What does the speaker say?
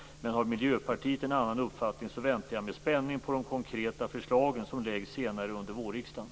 Men har Miljöpartiet en annan uppfattning väntar jag med spänning på de konkreta förslag som läggs fram senare under vårriksdagen.